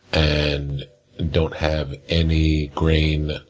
and don't have any grain.